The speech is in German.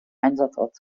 einsatzort